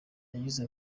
yagize